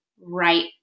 right